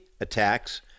attacks